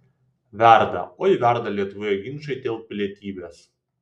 verda oi verda lietuvoje ginčai dėl pilietybės